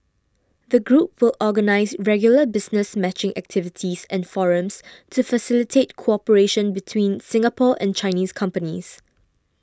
the group will organise regular business matching activities and forums to facilitate cooperation between Singapore and Chinese companies